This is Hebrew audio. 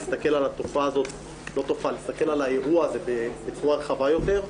להסתכל על האירוע הזה בצורה רחבה יותר,